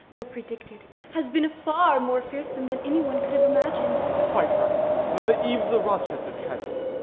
though predicted. has been far more fearsome than anyone could have imagined. quite right and on the eve of the rochester tragedy.